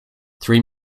three